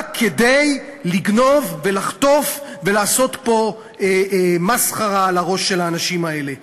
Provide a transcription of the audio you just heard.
רק כדי לגנוב ולחטוף ולעשות פה מסחרה על הראש של האנשים האלה.